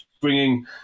bringing